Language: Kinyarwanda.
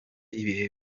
ibihe